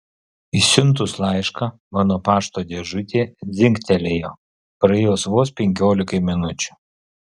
išsiuntus laišką mano pašto dėžutė dzingtelėjo praėjus vos penkiolikai minučių